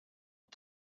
are